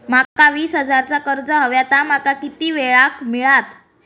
माका वीस हजार चा कर्ज हव्या ता माका किती वेळा क मिळात?